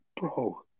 Bro